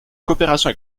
coopération